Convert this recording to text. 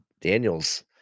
Daniels